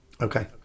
Okay